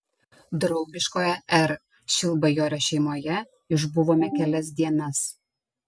draugiškoje r šilbajorio šeimoje išbuvome kelias dienas